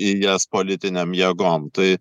į jas politinėm jėgom tai